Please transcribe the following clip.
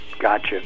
Gotcha